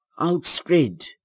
Outspread